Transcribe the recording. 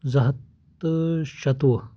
زٕ ہَتھ تہٕ شَتوُہ